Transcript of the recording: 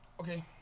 Okay